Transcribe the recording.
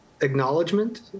acknowledgement